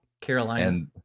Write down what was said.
Carolina